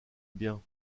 bien